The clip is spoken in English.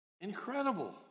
Incredible